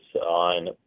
on